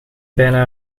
bijna